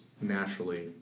naturally